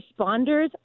responders